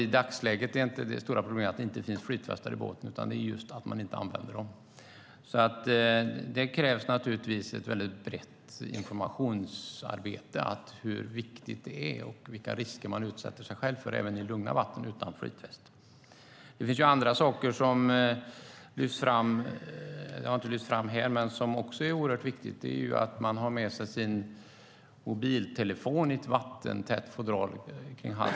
I dagsläget är nog inte det stora problemet att det inte finns flytvästar i båten, utan det är just att man inte använder dem. Det krävs ett brett informationsarbete om hur viktigt det här är och vilka risker man utsätter sig själv för även i lugna vatten utan flytväst. Det finns andra saker som inte har lyfts fram här men som är oerhört viktiga. En sak är att man ska ha med sig sin mobiltelefon i ett vattentätt fodral.